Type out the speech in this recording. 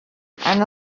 and